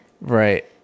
Right